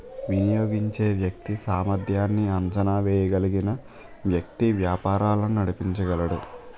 వినియోగించే వ్యక్తి సామర్ధ్యాన్ని అంచనా వేయగలిగిన వ్యక్తి వ్యాపారాలు నడిపించగలడు